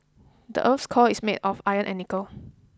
the earth's core is made of iron and nickel